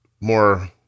more